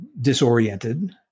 disoriented